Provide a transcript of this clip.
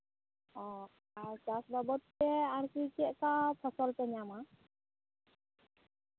ᱚ ᱟᱨ ᱪᱟᱥ ᱵᱟᱵᱚᱫ ᱛᱮ ᱟᱨᱠᱤ ᱪᱮᱫᱠᱟ ᱯᱷᱚᱥᱚᱞ ᱯᱮ ᱧᱟᱢᱟ